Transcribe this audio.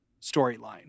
storyline